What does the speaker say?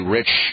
rich